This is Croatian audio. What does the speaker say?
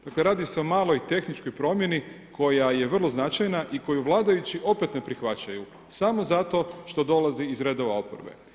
Dakle radi se o maloj tehničkoj promjeni koja je vrlo značajna i koju vladajući opet ne prihvaćaju samo zato što dolazi iz redova oporbe.